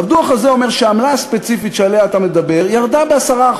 הדוח הזה אומר שהעמלה הספציפית שעליה אתה מדבר ירדה ב-10%.